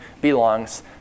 belongs